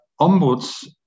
Ombuds